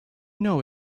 know